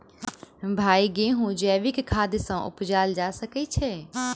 भाई गेंहूँ जैविक खाद सँ उपजाल जा सकै छैय?